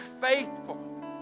faithful